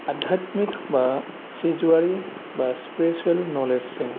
आधारमिक बा सिजौवारि बास सिप्रेसुवेल नलेजजों